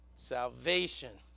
Salvation